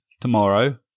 tomorrow